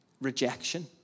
rejection